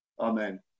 amen